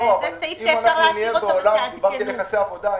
אנחנו ביחסי עבודה.